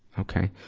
okay.